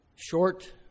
short